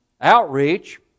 outreach